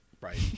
Right